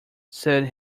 said